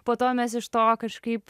po to mes iš to kažkaip